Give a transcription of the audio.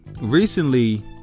recently